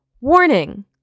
Warning